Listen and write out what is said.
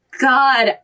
God